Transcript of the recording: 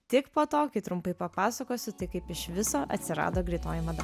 tik po to kai trumpai papasakosiu tai kaip iš viso atsirado greitoji mada